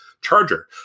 charger